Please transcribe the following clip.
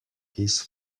his